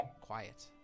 Quiet